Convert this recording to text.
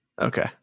Okay